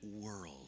world